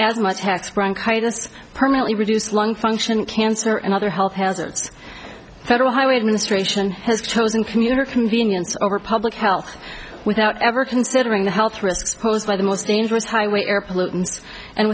tax bronchitis permanently reduce lung function cancer and other health hazards federal highway administration has chosen commuter convenience over public health without ever considering the health risks posed by the most dangerous highway air pollutants and